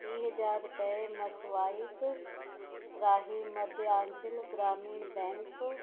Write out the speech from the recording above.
ਤੀਹ ਹਜ਼ਾਰ ਰੁਪਏ ਮਸਵਾਇਪ ਰਾਹੀਂ ਮੱਧਿਆਂਚਲ ਗ੍ਰਾਮੀਣ ਬੈਂਕ